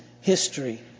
history